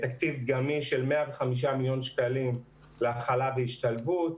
תקציב גמיש של 105 מיליון שקלים להכלה והשתלבות.